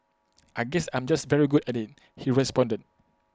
I guess I'm just very good at IT he responded